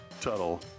tuttle